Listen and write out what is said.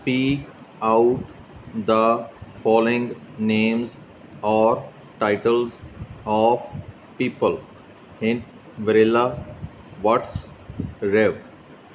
speak out the following names or titles of people hint ਵਰੇਲਾ what's ਰਿਵ